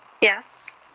Yes